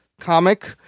comic